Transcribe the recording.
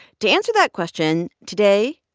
to answer that question, today,